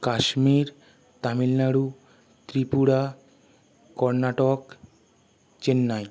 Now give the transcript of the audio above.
Kashmir Tamil Nadu Tripura Karnataka Chennai